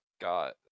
got